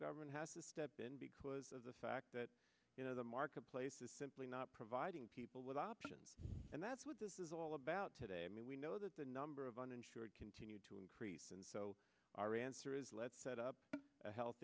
government has to step in because of the fact that you know the marketplace is simply not providing people with options and that's what this is all about today i mean we know that the number of uninsured continue to increase and so our answer is let's set up a health